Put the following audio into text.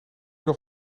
nog